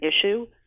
issue